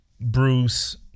Bruce